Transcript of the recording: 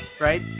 right